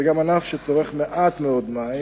זה גם ענף שצורך מעט מאוד מים,